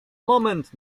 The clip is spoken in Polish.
moment